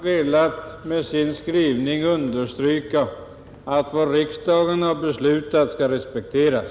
Herr talman! Utskottet har med sin skrivning velat understryka att vad riksdagen har beslutat skall respekteras.